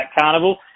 carnival